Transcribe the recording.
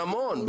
זה המון.